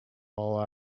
while